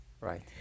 right